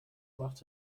macht